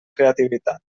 creativitat